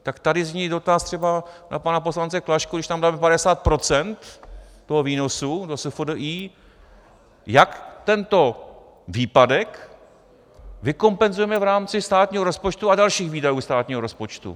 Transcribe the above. Tak tady zní dotaz třeba na pana poslance Klašku, když tam dal 50 % toho výnosu do SFDI, jak tento výpadek vykompenzujeme v rámci státního rozpočtu a dalších výdajů státního rozpočtu.